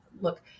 Look